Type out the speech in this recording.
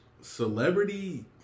celebrity